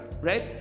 right